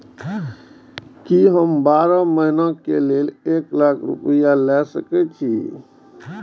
की हम बारह महीना के लिए एक लाख रूपया ले सके छी?